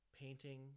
painting